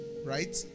Right